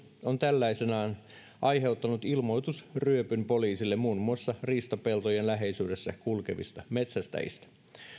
on tällaisenaan aiheuttanut ilmoitusryöpyn poliisille muun muassa riistapeltojen läheisyydessä kulkevista metsästäjistä